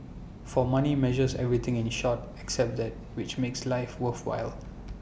for money measures everything in short except that which makes life worthwhile